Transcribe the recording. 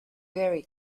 gary